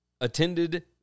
attended